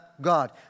God